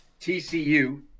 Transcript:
TCU